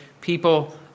people